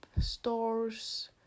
stores